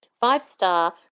five-star